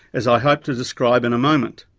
as i hope to describe in a moment.